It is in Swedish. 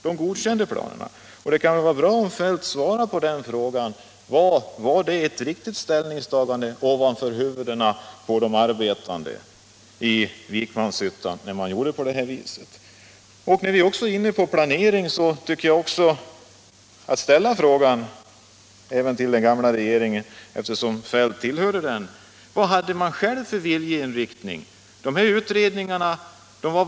Det skulle vara bra om herr Feldt svarade på frågan: Var det ett riktigt ställningstagande, här viset? När vi ändå är inne på planeringen tycker jag det är motiverat Fredagen den att ställa frågan till den gamla regeringen eftersom herr Feldt tillhörde 10 december 1976 den. Vilken viljeinriktning hade man?